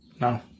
No